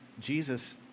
Jesus